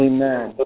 Amen